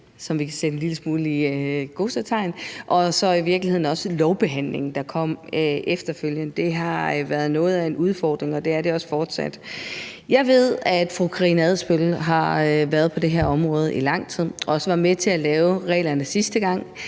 som vi kan sætte lidt i gåseøjne, og så i virkeligheden også lovbehandlingen, der kom efterfølgende. Det har været noget af en udfordring, og det er det også fortsat. Jeg ved, at fru Karina Adsbøl har været på det her område i lang tid og også var med til at lave reglerne sidste gang,